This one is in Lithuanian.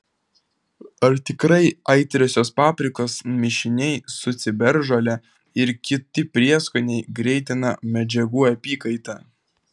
ar tikrai aitriosios paprikos mišiniai su ciberžole ir kiti prieskoniai greitina medžiagų apykaitą